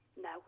No